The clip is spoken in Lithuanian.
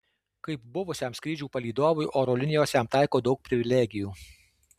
kaip buvusiam skrydžių palydovui oro linijos jam taiko daug privilegijų